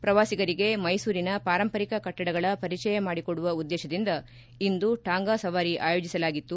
ಪ್ರವಾಸಿಗರಿಗೆ ಮೈಸೂರಿನ ಪಾರಂಪರಿಕ ಕಟ್ಟಡಗಳ ಪರಿಚಯ ಮಾಡಿಕೊಡುವ ಉದ್ದೇಶದಿಂದ ಇಂದು ಟಾಂಗಾ ಸವಾರಿ ಆಯೋಜಿಸಲಾಗಿತ್ತು